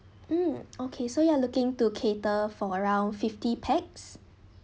mm okay so you are looking to cater for around fifty pax